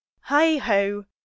Hi-ho